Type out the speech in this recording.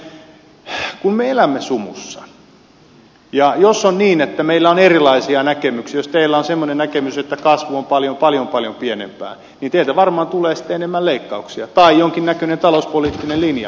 mutta edustaja tossavainen kun me elämme sumussa ja jos on niin että meillä on erilaisia näkemyksiä ja jos teillä on semmoinen näkemys että kasvu on paljon paljon paljon pienempää niin teiltä varmaan tulee sitten enemmän leikkauksia tai jonkinnäköinen talouspoliittinen linja